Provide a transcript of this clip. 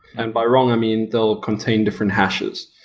and by wrong, i mean they'll contain different hashes.